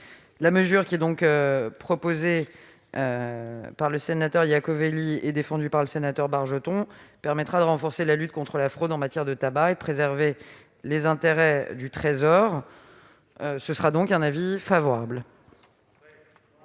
La mesure proposée par le sénateur Iacovelli et défendue par le sénateur Bargeton permettra de renforcer la lutte contre la fraude en matière de tabac et de préserver les intérêts du Trésor. L'avis est donc favorable.